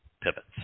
pivots